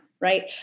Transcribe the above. Right